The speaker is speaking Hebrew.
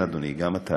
כן, אדוני, גם אתה.